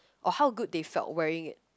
or how good they felt wearing it